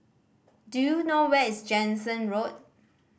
do you know where is Jansen Road